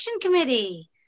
committee